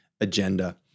agenda